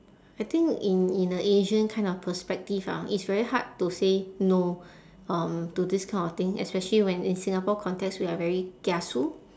I think in in a asian kind of perspective ah it's very hard to say no um to this kind of thing especially when in singapore context we are very kiasu